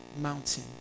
mountain